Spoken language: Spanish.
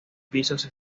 pisos